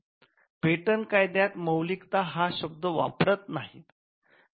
patent कायद्यात मौलिकता हा शब्द वापरत नाहीत